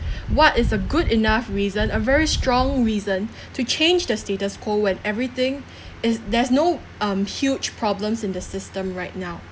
what is a good enough reason a very strong reason to change the status quo when everything is there's no um huge problems in the system right now